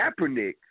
Kaepernick